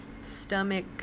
stomach